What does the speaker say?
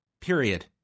period